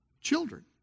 children